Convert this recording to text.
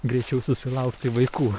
greičiau susilaukti vaikų